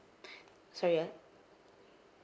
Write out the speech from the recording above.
sorry ah